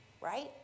right